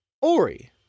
Ori